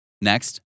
Next